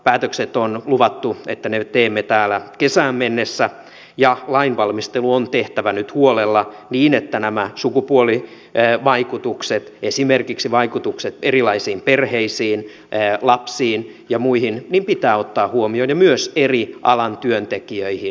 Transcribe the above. päätöksistä on luvattu että ne teemme täällä kesään mennessä ja lain valmistelu on tehtävä nyt huolella niin että pitää ottaa huomioon sukupuolivaikutukset esimerkiksi vaikutukset erilaisiin perheisiin lapsiin ja muihin myös eri alan työntekijöihin